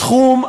סכום,